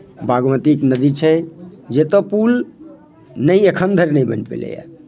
बागमती नदी छै जतय पूल नहि एखन धरि नहि बनि पयलैए